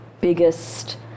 biggest